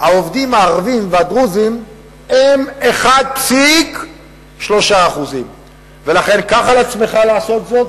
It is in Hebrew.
העובדים הערבים והדרוזים הם 1.3%. ולכן קח על עצמך לעשות זאת,